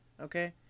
Okay